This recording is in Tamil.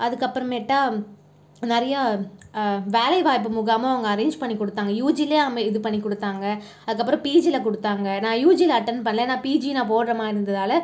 அதுக்கு அப்பறமேட்டா நிறைய வேலைவாய்ப்பு முகாமும் அவங்க அரேஞ்ச் பண்ணி கொடுத்தாங்க யூஜியில் அவங்க இது பண்ணி கொடுத்தாங்க அதுக்கு அப்பறம் பிஜியில் கொடுத்தாங்க நான் யூஜியில் அட்டன்ட் பண்ணலை பிஜி நான் போடற மாதிரி இருந்ததனால்